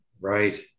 Right